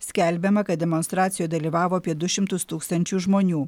skelbiama kad demonstracijoje dalyvavo apie du šimtus tūkstančių žmonių